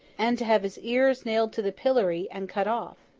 and to have his ears nailed to the pillory, and cut off.